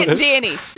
Danny